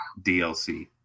DLC